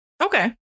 Okay